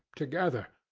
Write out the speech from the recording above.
together.